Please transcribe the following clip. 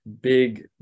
Big